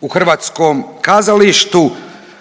u hrvatskom kazalištu